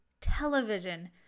television